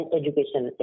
education